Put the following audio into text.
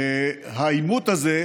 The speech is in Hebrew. בעימות הזה,